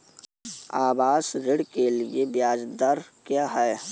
आवास ऋण के लिए ब्याज दर क्या हैं?